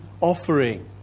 offering